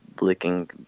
licking